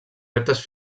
reptes